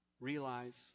Realize